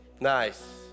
Nice